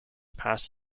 past